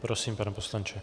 Prosím, pane poslanče.